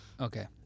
okay